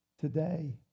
today